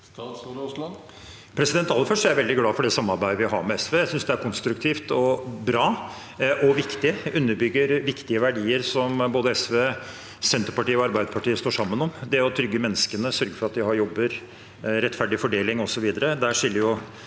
Statsråd Terje Aasland Aller først: Jeg er veldig glad for det samarbeidet vi har med SV. Jeg synes det er konstruktivt, bra og viktig. Det underbygger viktige verdier som både SV, Senterpartiet og Arbeiderpartiet står sammen om: det å trygge menneskene, sørge for at de har jobber, rettferdig fordeling osv.